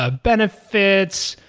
ah benefits.